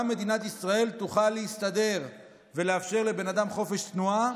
גם מדינת ישראל תוכל להסתדר ולאפשר לאדם חופש תנועה.